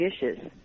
dishes